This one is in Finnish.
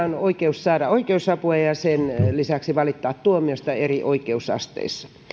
on oikeus saada oi keusapua ja sen lisäksi valittaa tuomiosta eri oikeusasteissa